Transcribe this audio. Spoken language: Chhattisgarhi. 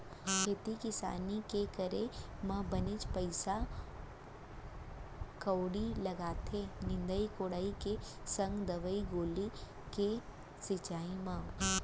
खेती किसानी के करे म बनेच पइसा कउड़ी लागथे निंदई कोड़ई के संग दवई गोली के छिंचाई म